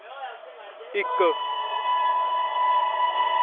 इक